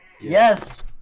Yes